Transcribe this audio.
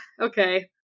Okay